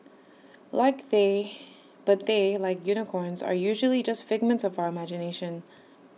like they but they like unicorns are usually just figments of our imagination